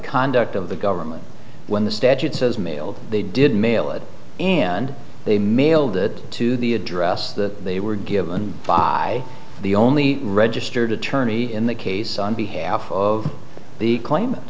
conduct of the government when the statute says mailed they did mail it and they mailed it to the address that they were given by the only registered attorney in the case on behalf of the claim